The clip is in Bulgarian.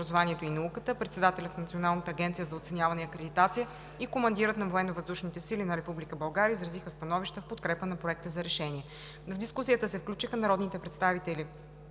В дискусията се включиха народните представители